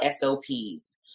SOPs